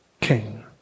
King